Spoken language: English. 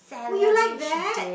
oh you like that